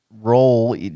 role